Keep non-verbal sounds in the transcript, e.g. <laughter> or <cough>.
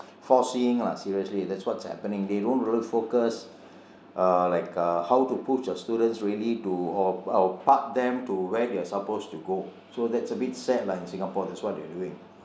foreseeing lah seriously that's what's happening they don't really focus <breath> uh like uh how to push your students really to or park them to where they are supposed to go so that's a bit sad lah in singapore that's what they are doing